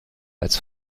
als